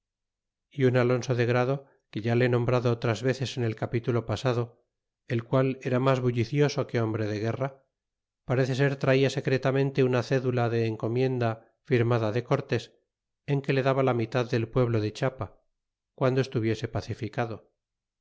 ó un alonso de grado que ya le he nombrado otras veces en el capitulo pasado el qual era mas bullicioso que hombre de guerra parece ser traía secretamente una cédula de encomienda firmada de cortés en que le daba la mitad del pueblo de chiapa guando estuviese pacificado